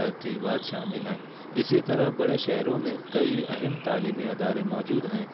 ترتیبات شامل ہیں اسی طرح بڑے شہروں میں کئی اہم تعلیمی ادارے موجود ہیں